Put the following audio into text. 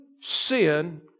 sin